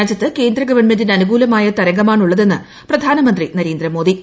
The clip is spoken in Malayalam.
രാജ്യത്ത് കേന്ദ്ര ഗവൺമെന്റിന് അനുകൂലമായ തരംഗമാണുള്ളതെന്ന് പ്രധാനമന്ത്രി നരേന്ദ്രമോദി